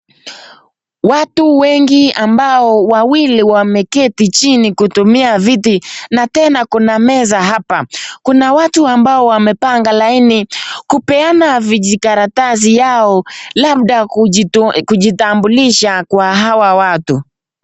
Watu wengi ambao wawili wameketi chini kutumia viti na tena kuna meza hapa, kuna watu amabo wamepanga laini kupeana vijikaratasi yao labda kujitambulisha kwa hawa watu.